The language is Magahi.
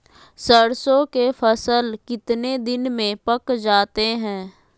सरसों के फसल कितने दिन में पक जाते है?